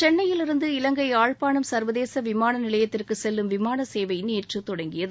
சென்னையிலிருந்து இவங்கை யாழ்ப்பாணம் சர்வதேச விமான நிலையத்திற்கு செல்லும் விமான சேவை நேற்று தொடங்கியது